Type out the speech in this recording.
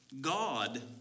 God